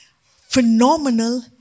phenomenal